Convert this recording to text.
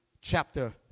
chapter